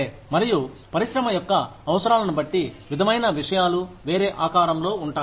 మరియు పరిశ్రమ యొక్క అవసరాలను బట్టి విధమైన విషయాలు వేరే ఆకారంలో ఉంటాయి